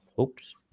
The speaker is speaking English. oops